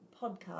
podcast